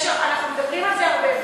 אנחנו מדברים על זה הרבה,